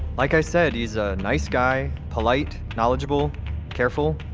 like i said, he's a nice guy. polite, knowledgeable careful.